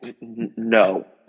no